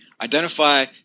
Identify